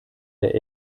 der